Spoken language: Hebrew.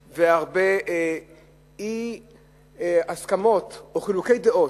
והרבה אי-הסכמות או חילוקי דעות,